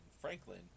Franklin